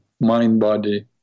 Mind-Body